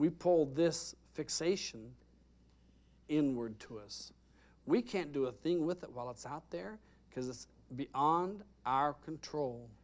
we pulled this fixation inward to us we can't do a thing with it while it's out there because it's beyond our control